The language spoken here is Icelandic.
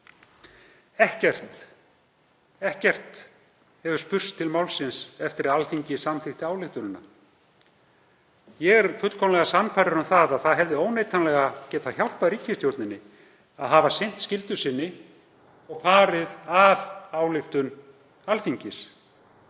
Ekkert hefur spurst til málsins eftir að Alþingi samþykkti ályktunina. Ég er fullkomlega sannfærður um að það hefði óneitanlega getað hjálpað ríkisstjórninni að hafa sinnt skyldu sinni og farið að ályktun Alþingis.